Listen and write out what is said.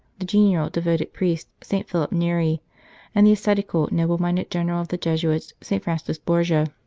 the genial, devoted priest, st. philip neri and the ascetical, noble-minded general of the jesuits, st. francis borgia.